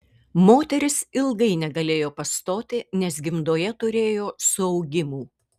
moteris ilgai negalėjo pastoti nes gimdoje turėjo suaugimų